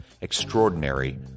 extraordinary